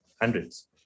Hundreds